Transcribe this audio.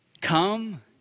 come